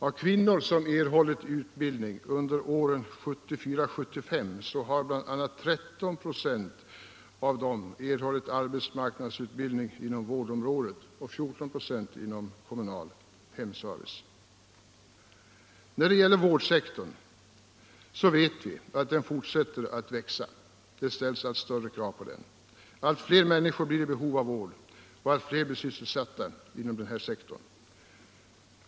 Av kvinnor som har erhållit utbildning under 1974/75 har 13 26 erhållit arbetsmarknadsutbildning inom vårdområdet och 14 26 inom kommunal hemservice. - Inom vårdsektorn ställs som bekant allt större krav. Vårdbehovet fortsätter att växa. Allt fler människor blir i behov av vård, och allt fler människor blir därför sysselsatta inom denna sektor.